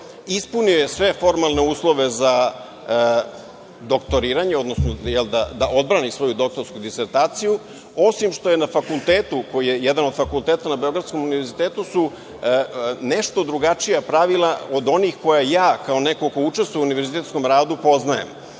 ispunio je sve formalne uslove za doktoriranje, odnosno da odbrani svoju doktorsku disertaciju, osim što je na fakultetu, koji je jedan od fakulteta na Beogradskom univerzitetu, su nešto drugačija pravila od onih koja ja kao neko ko učestvuje u univerzitetskom radu poznajem. Dakle,